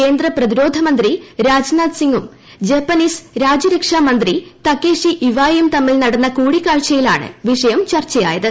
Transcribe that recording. കേന്ദ്ര പ്രതിരോധമന്ത്രി രാജ്നാഥ് സിംഗും ജാപ്പനീസ് രാജ്യരക്ഷാമന്ത്രി തകേഷി ഇവായയും തമ്മിൽ നടന്ന കൂടിക്കാഴ്ചയിലാണ് വിഷയം ചർച്ചയായത്